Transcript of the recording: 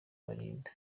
belinda